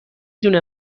دونه